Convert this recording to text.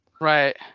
Right